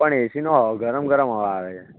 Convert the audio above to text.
પણ એસીનો ગરમ ગરમ હવા આવે છે